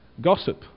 Gossip